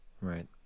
Right